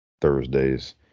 Thursdays